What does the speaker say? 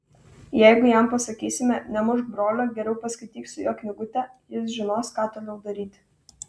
jeigu jam pasakysime nemušk brolio geriau paskaityk su juo knygutę jis žinos ką toliau daryti